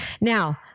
Now